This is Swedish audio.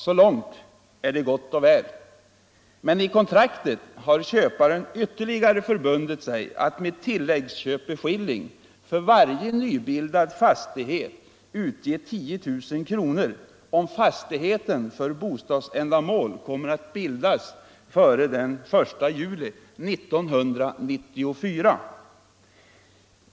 Så långt är det gott och väl. Men i kontraktet har köparen ytterligare förbundit sig att med tilläggsköpeskilling för varje nybildad fastighet utge 10 000 kronor om fastigheten för bostadsändamål kommer att bildas före den 1 juli 1994.